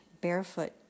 barefoot